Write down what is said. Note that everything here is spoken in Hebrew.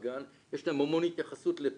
במדינת ישראל בשנה וחצי האחרונות נמצאת במגמת עלייה